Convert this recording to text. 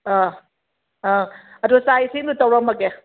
ꯑꯥ ꯑꯥ ꯑꯗꯣ ꯆꯥꯛ ꯏꯁꯤꯡꯗꯣ ꯇꯧꯔꯝꯃꯒꯦ